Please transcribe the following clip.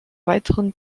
weiteren